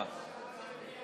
למה לא הגיע?